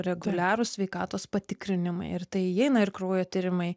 reguliarūs sveikatos patikrinimai ir į tai įeina ir kraujo tyrimai